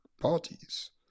parties